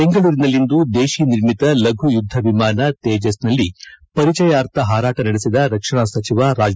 ಬೆಂಗಳೂರಿನಲ್ಲಿಂದು ದೇಶೀ ನಿರ್ಮಿತ ಲಘು ಯುದ್ದ ವಿಮಾನ ತೇಜಸ್ ನಲ್ಲಿ ಪರಿಚಯಾರ್ಥ ಹಾರಾಟ ನಡೆಸಿದ ರಕ್ಷಣಾ ಸಚಿವ ರಾಜನಾಥ್ ಸಿಂಗ್